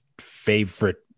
favorite